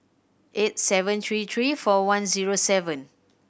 eight seven three three four one zero seven